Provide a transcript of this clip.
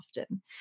often